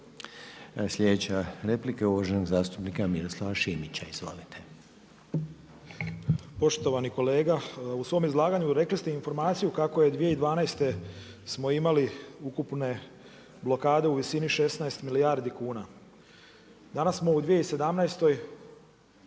Sljedeća replika je uvaženog zastupnika Miroslava Šimića. Izvolite. **Šimić, Miroslav (MOST)** Poštovani kolega, u svom izlaganju rekli ste informaciju kako je 2012. smo imali ukupne blokade u visini 16 milijardi kuna. Danas smo u 2017.